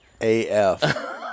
AF